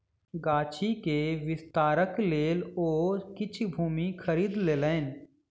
गाछी के विस्तारक लेल ओ किछ भूमि खरीद लेलैन